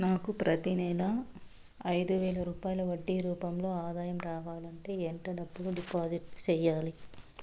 నాకు ప్రతి నెల ఐదు వేల రూపాయలు వడ్డీ రూపం లో ఆదాయం రావాలంటే ఎంత డబ్బులు డిపాజిట్లు సెయ్యాలి?